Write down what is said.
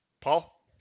Paul